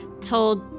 told